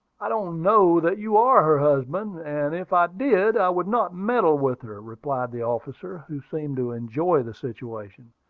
i don't know that you are her husband and if i did, i would not meddle with her, replied the officer, who seemed to enjoy the situation.